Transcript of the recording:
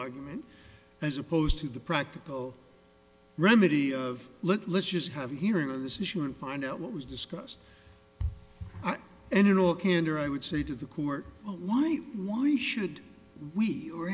argument as opposed to the practical remedy of let's just have a hearing on this issue and find out what was discussed and in all candor i would say to the court why why he should we or